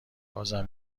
بازم